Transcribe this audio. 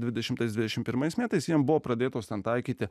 dvidešimtas dvidešimt pirmais metais jiems buvo pradėtos ten taikyti